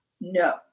No